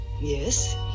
Yes